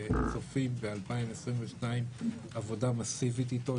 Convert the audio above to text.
שצופים ב-2022 עבודה מאסיבית איתו.